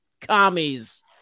Commies